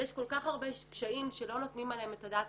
יש כל כך הרבה קשיים שלא נותנים עליהם את הדעת.